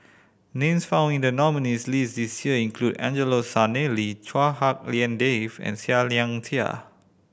names found in the nominees' list this year include Angelo Sanelli Chua Hak Lien Dave and Seah Liang Seah